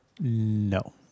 No